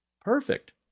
Perfect